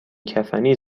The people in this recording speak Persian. کفنی